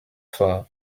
for